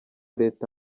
leta